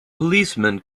policemen